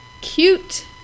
cute